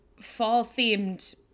fall-themed